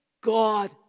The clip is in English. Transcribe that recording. God